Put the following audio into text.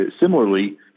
Similarly